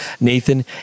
Nathan